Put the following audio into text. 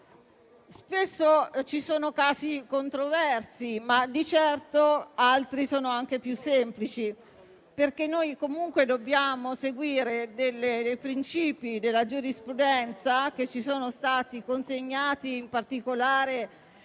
Spesso ci sono casi controversi, ma di certo altri sono anche più semplici, perché noi comunque dobbiamo seguire i principi della giurisprudenza che ci sono stati consegnati, in particolare